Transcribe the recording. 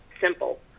simple